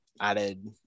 added